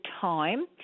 time